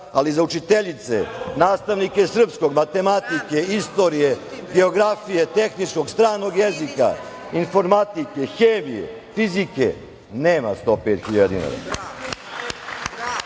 ali za učiteljice, nastavnike srpskog, matematike, istorije, geografije, tehničkog, stranog jezika, informatike, hemije, fizike, nema 105.000